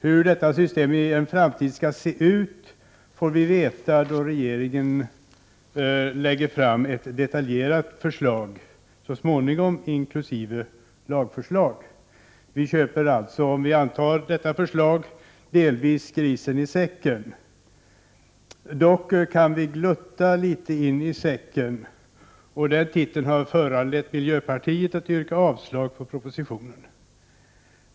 Hur detta system i en framtid skall se ut får vi veta då regeringen så småningom lägger fram ett detaljerat förslag inkl. lagförslag. Vi köper alltså, om vi antar detta förslag, delvis grisen i säcken. Dock kan vi glutta litet in i säcken, och den titten har föranlett miljöpartiet att yrka avslag på propositionen.